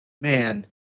man